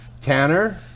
Tanner